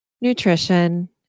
nutrition